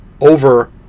over